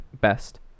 best